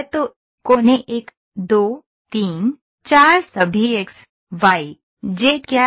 तो कोने 1 2 3 4 सभी एक्स वाई जेड क्या हैं